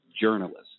journalists